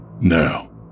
Now